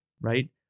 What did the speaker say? right